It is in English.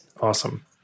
Awesome